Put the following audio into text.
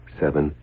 seven